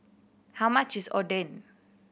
how much is Oden